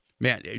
Man